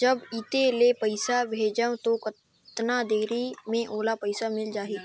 जब इत्ते ले पइसा भेजवं तो कतना देरी मे ओला पइसा मिल जाही?